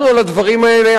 על הדברים האלה,